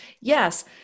Yes